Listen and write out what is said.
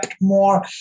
more